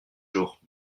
jour